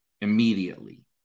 immediately